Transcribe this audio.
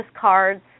cards